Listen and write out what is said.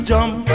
Jump